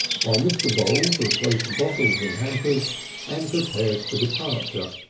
while mr. voules replaced bottles in hampers and prepared for departure,